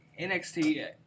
NXT